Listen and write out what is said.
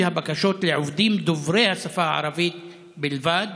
הבקשות לעובדים דוברי השפה הערבית בלבד